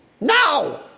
now